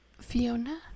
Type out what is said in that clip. Fiona